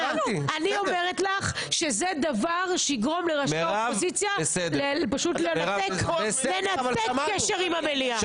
אני אומרת לך שזה דבר שיגרום לראשי האופוזיציה פשוט לנתק קשר עם המליאה,